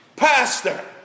Pastor